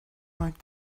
like